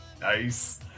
Nice